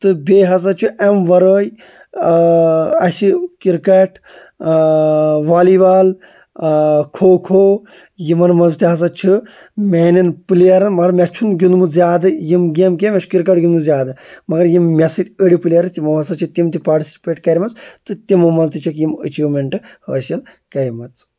تہٕ بیٚیہِ ہَسا چھُ اَمہِ وَرٲے اَسہِ cricket volleyball kho kho یِمَن منٛز تہِ ہَسا چھِ میٛانٮ۪ن پٕلیرَن مگر مےٚ چھُنہٕ گِنٛدمُت زیادٕ یِم گیمہٕ کینٛہہ مےٚ چھُ کِرکَٹ گِنٛدمُت زیادٕ مگر یِم مےٚ سۭتۍ أڑی پٕلیر ٲسۍ تِمو ہَسا چھِ تِم تہِ پاٹسِپیٹ کَرِمَژٕ تہٕ تِمو منٛز تہِ چھَکھ یِم أچیٖومینٛٹ حٲصِل کَرِمَژٕ